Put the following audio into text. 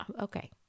okay